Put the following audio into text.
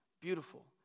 beautiful